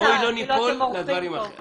בואי לא ניפול לדברים אחרים.